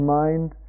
mind